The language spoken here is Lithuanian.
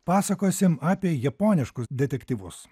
pasakosim apie japoniškus detektyvus